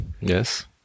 Yes